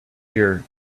year